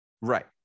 right